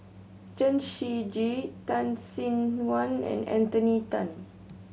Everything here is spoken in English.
Chen Shiji Tan Sin Aun and Anthony Then